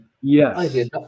Yes